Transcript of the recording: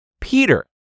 Peter